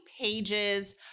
pages